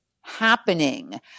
happening